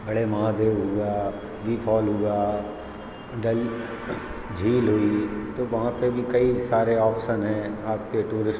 बड़े महादेव हुआ bee fall हुआ डल झील हुई तो वहाँ पे भी कई सारे ऑप्सन हैं आपके टूरिस्ट